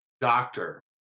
doctor